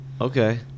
Okay